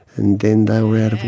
and then they were out of